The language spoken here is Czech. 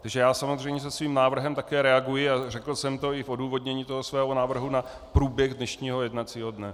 Takže já samozřejmě svým návrhem také reaguji, a řekl jsem to i v odůvodnění toho svého návrhu, na průběh dnešního jednacího dne.